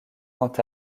quant